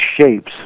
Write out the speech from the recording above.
shapes